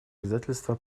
обязательства